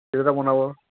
କେତେଟା ବନାବ